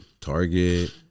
target